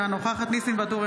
אינה נוכחת ניסים ואטורי,